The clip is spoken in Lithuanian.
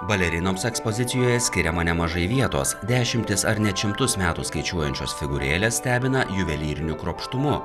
balerinoms ekspozicijoje skiriama nemažai vietos dešimtis ar net šimtus metų skaičiuojančios figūrėlės stebina juvelyriniu kruopštumu